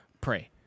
pray